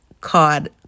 card